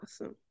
Awesome